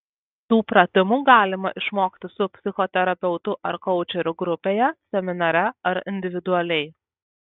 tų pratimų galima išmokti su psichoterapeutu ar koučeriu grupėje seminare ar individualiai